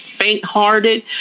faint-hearted